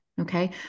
Okay